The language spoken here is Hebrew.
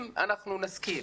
אם אנחנו נשכיל